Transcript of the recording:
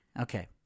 Okay